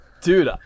Dude